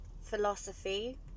philosophy